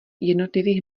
jednotlivých